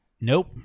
Nope